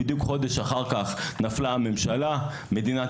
בדיוק חודש אחר כך נפלה הממשלה; מדינת